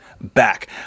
back